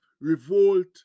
revolt